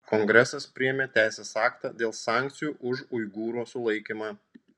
jav kongresas priėmė teisės aktą dėl sankcijų už uigūrų sulaikymą